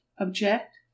object